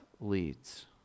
leads